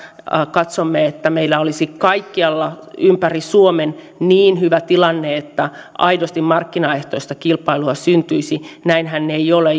katsomme että meillä olisi kaikkialla ympäri suomen niin hyvä tilanne että aidosti markkinaehtoista kilpailua syntyisi näinhän ei ole